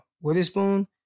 Witherspoon